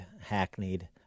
hackneyed